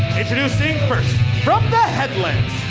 introducing first from the headlands,